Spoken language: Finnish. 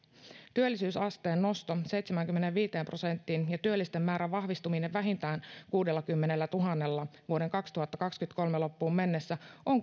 työllisyysasteen nosto seitsemäänkymmeneenviiteen prosenttiin ja työllisten määrän vahvistuminen vähintään kuudellakymmenellätuhannella vuoden kaksituhattakaksikymmentäkolme loppuun mennessä ovat